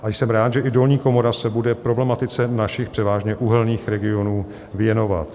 A jsem rád, že i dolní komora se bude problematice našich převážně uhelných regionů věnovat.